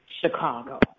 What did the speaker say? Chicago